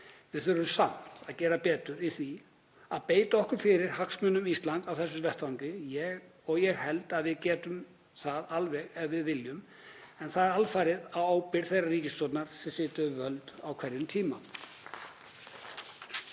Við þurfum samt að gera betur í því að beita okkur fyrir hagsmunum Íslands á þessum vettvangi og ég held að við getum það alveg ef við viljum, en það er alfarið á ábyrgð þeirrar ríkisstjórnar sem situr við völd á hverjum tíma.